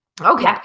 okay